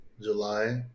July